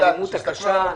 באלימות הקשה,